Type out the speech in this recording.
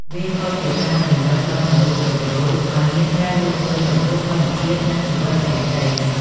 វាក៏ជាការរំលឹកដល់មនុស្សគ្រប់រូបឱ្យមានការយោគយល់ចំពោះធម្មជាតិនិងជីវិតផ្សេងៗ។